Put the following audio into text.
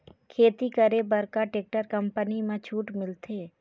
खेती करे बर का टेक्टर कंपनी म छूट मिलथे?